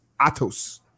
Atos